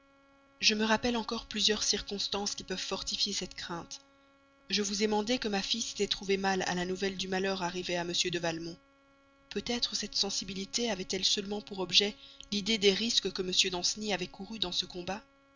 je me rappelle encore plusieurs circonstances qui peuvent fortifier cette crainte je vous ai mandé que ma fille s'était trouvée mal à la nouvelle du malheur arrivé à m de valmont peut-être cette sensibilité avait-elle seulement pour objet l'idée des risques que m danceny avait courus dans ce combat